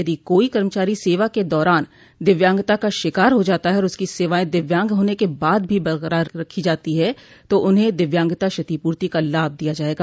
यदि कोई कर्मचारी सेवा के दौरान दिव्यांगता का शिकार हो जाता है और उसकी सेवाएँ दिव्यांग होने के बाद भी बरकरार रखी जाती हैं तो उन्हें दिव्यांगता क्षतिपूर्ति का लाभ दिया जाएगा